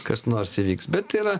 kas nors įvyks bet yra